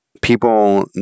People